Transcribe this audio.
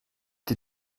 die